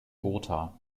gotha